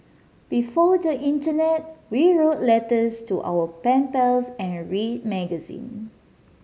before the internet we wrote letters to our pen pals and read magazine